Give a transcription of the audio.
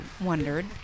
wondered